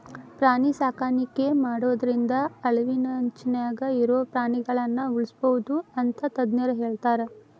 ಪ್ರಾಣಿ ಸಾಕಾಣಿಕೆ ಮಾಡೋದ್ರಿಂದ ಅಳಿವಿನಂಚಿನ್ಯಾಗ ಇರೋ ಪ್ರಾಣಿಗಳನ್ನ ಉಳ್ಸ್ಬೋದು ಅಂತ ತಜ್ಞರ ಹೇಳ್ತಾರ